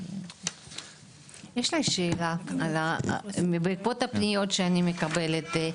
יש לי שאלה, בעקבות הפניות שאני מקבלת.